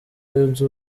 yunze